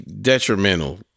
detrimental